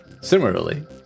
Similarly